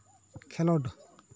ᱠᱷᱮᱞᱳᱰ